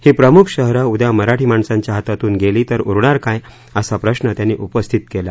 ही प्रमुख शहर उद्या मराठी माणसांच्या हातातून गेली तर उरणार काय असा प्रश्न त्यांनी उपस्थित केला